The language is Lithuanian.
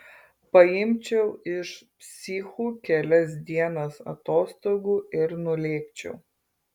paimčiau iš psichų kelias dienas atostogų ir nulėkčiau